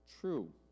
true